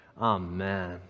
Amen